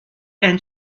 and